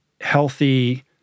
healthy